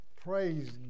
Praise